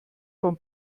von